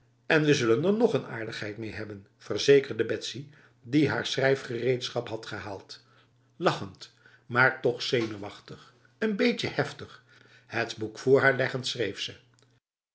en we zullen er nog een aardigheid mee hebben verzekerde betsy die haar schrijfgereedschap had gehaald lachend maar toch zenuwachtig n beetje heftig het boek voor haar leggend schreef ze